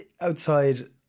outside